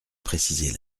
préciser